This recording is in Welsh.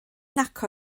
nac